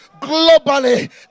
globally